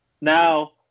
Now